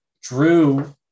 Drew